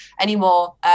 anymore